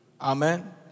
Amen